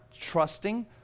trusting